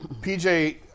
PJ